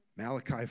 Malachi